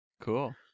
Cool